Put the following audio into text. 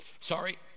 Sorry